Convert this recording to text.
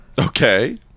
Okay